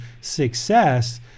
success